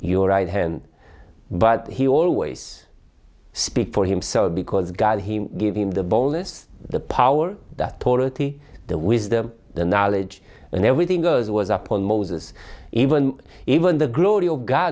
your right hand but he always speaks for himself because god he gave him the bonus the power that polity the wisdom the knowledge and everything goes was upon moses even even the g